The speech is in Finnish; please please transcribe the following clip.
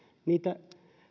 niitä